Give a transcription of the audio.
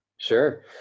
sure